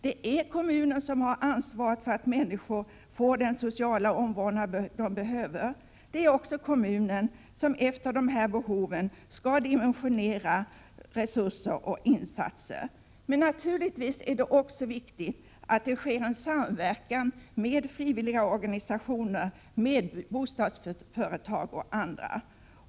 Det är kommunen som har ansvaret för att människor får den sociala omvårdnad de behöver. Det är också kommunen som efter dessa behov skall dimensionera resurser och insatser. Men naturligtvis är det också viktigt att det sker en samverkan med frivilligorganisationer, med bostadsföretag och andra.